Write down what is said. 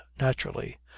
naturally